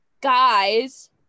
guys